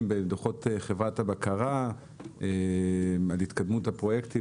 בדוחות חברת הבקרה על התקדמות הפרויקטים,